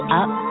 up